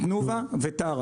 תנובה וטרה.